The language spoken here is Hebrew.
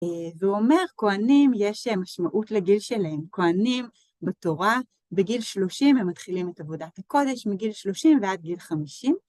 והוא אומר, כהנים יש משמעות לגיל שלהם, כהנים בתורה בגיל שלושים הם מתחילים את עבודת הקודש, מגיל שלושים ועד גיל חמישים.